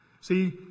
See